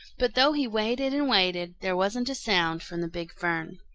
but though he waited and waited, there wasn't a sound from the big fern.